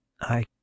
I